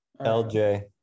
LJ